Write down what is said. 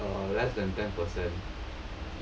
err less than ten percent